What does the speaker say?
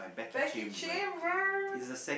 Becky-Chambers